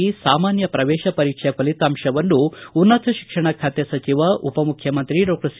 ಸಾಮಾನ್ಯ ಶ್ರವೇಶ ಪರೀಕ್ಷೆ ಫಲಿತಾಂಶವನ್ನು ಉನ್ನತ ಶಿಕ್ಷಣ ಖಾತೆ ಸಚಿವ ಉಪಮುಖ್ರಮಂತ್ರಿ ಡಾಕ್ಷರ್ ಸಿ